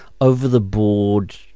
over-the-board